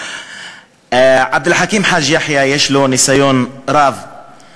יש לי בסך הכול שתי מילים.